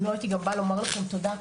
אם לא גם הייתי באה לומר לכם תודה.